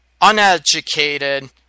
uneducated